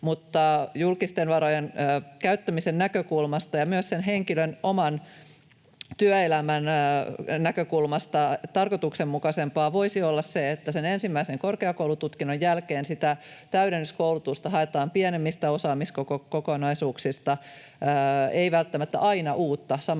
Mutta julkisten varojen käyttämisen näkökulmasta ja myös sen henkilön oman työelämän näkökulmasta tarkoituksenmukaisempaa voisi olla se, että ensimmäisen korkeakoulututkinnon jälkeen sitä täydennyskoulutusta haetaan pienemmistä osaamiskokonaisuuksista, ei välttämättä aina tehdä